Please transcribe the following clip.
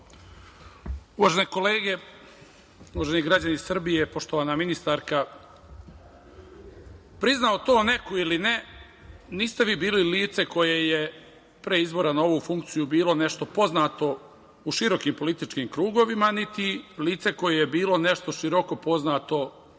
kolege, uvaženi građani Srbije, poštovana ministarka, priznao to neko ili ne, niste vi bili lice koje je pre izbora na ovu funkciju bilo nešto poznato u širokim političkim krugovima, niti lice koje je bilo nešto široko poznato u